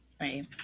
Right